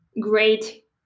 great